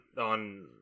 on